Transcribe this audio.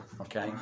Okay